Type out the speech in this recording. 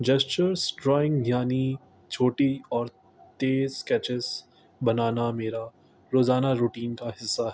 gestures drawing یعنی چھوٹی اور تیز اسکیچز بنانا میرا روزانہ روٹین کا حصہ ہے